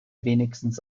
wenigstens